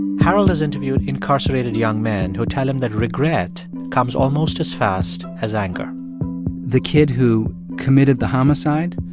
harold has interviewed incarcerated young men who tell him that regret comes almost as fast as anger the kid who committed the homicide,